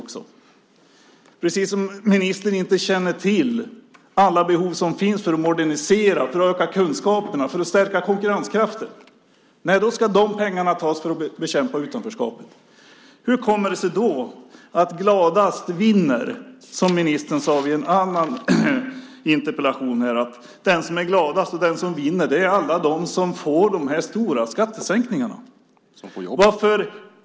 Känner inte ministern till alla de behov som finns att modernisera, öka kunskaper och stärka konkurrenskraften? De pengarna ska tas till att bekämpa utanförskapet. Hur kommer det sig då att gladast vinner, som ministern sade i en annan interpellationsdebatt. De som är gladast och de som vinner är alla de som får de här stora skattesänkningarna.